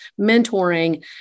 mentoring